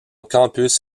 campus